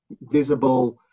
visible